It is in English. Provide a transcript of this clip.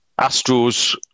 Astros